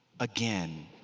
Again